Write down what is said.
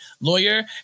lawyer